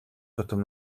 тутам